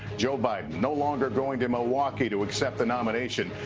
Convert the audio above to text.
joe biden no longer going to milwaukee to accept the nomination.